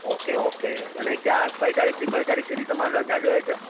okay okay અને કયા કઈ તારીખથી કઈ તારીખ સુધી તમારે રજા જોઈએ છે